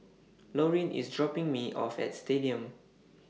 Lorin IS dropping Me off At Stadium